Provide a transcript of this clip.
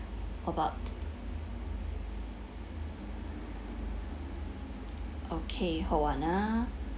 about t~ okay hold on ah